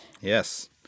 Yes